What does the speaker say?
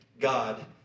God